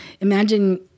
imagine